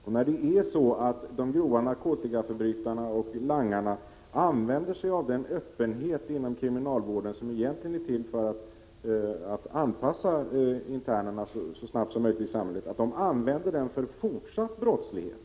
Vi vet att de grova narkotikaförbrytarna och langarna utnyttjar öppenheten inom kriminalvården, som egentligen är till för att anpassa internerna så snabbt som möjligt till samhällslivet, till fortsatt brottslighet.